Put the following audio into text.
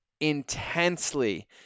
intensely